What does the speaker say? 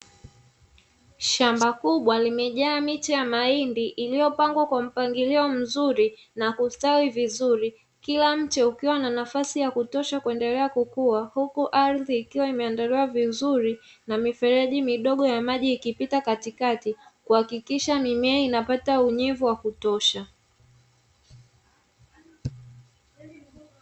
Shamba kubwa limejaa miche ya mahindi iliyopangwa kwa mpangilio mzuri na kustawi vizuri. Kila mche ukiwa na nafasi ya kutosha kuendelea kukua huku ardhi ikiwa imeandaliwa vizuri na mifereji midogo ya maji ikipita katikati kuhakikisha mimea inapata unyevu wa kutosha.